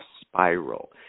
spiral